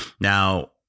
Now